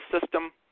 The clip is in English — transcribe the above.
system